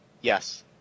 Yes